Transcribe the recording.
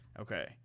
Okay